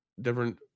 different